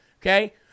okay